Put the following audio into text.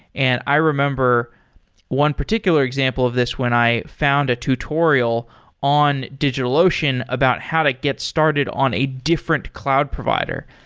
and i remember one particular example of this when i found a tutorial in digitalocean about how to get started on a different cloud provider.